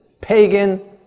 pagan